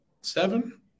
Seven